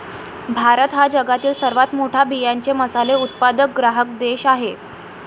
भारत हा जगातील सर्वात मोठा बियांचे मसाले उत्पादक ग्राहक देश आहे